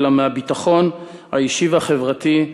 אלא מהביטחון האישי והחברתי,